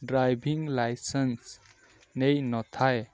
driving licence ନେଇ ନଥାଏ